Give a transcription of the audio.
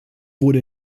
wurde